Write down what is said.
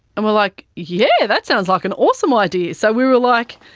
and we're like, yeah that sounds like an awesome idea. so we were like,